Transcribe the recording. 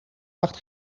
acht